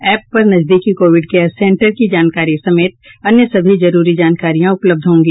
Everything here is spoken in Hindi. एप पर नजदीकी कोविड केयर सेंटर की जानकारी समेत अन्य सभी जरूरी जानकारियां उपलब्ध होंगी